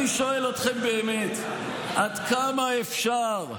אני שואל אתכם באמת: עד כמה אפשר,